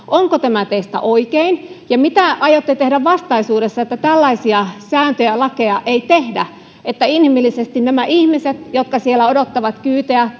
onko tämä teistä inhimillisesti ajateltuna oikein ja mitä aiotte tehdä vastaisuudessa että tällaisia sääntöjä ja lakeja ei tehdä että nämä ihmiset jotka siellä odottavat kyytejä